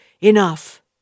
enough